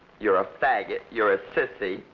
you're a faggot, you're a sissy,